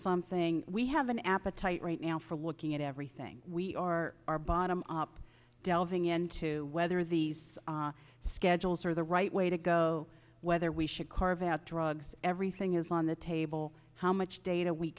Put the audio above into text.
something we have an appetite right now for looking at everything we are our bottom up delving into whether these schedules are the right way to go whether we should carve out drugs everything is on the table how much data we